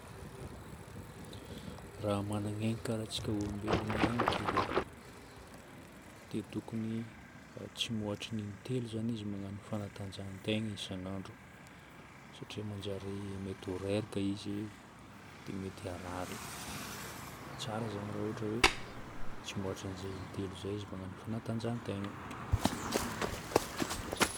Raha magnana aigny karaha antsika olombelogno ihany ny kiva, dia tokony tsy mihoatry ny intelo zany izy magnano fanatanjahan-tegna isan'andro. Satria manjary mety ho reraka izy dia mety harary. Tsara zany raha ôhatra hoe tsy mihoatra an'izay intelo izay izy magnano fanatanjahan-tegna.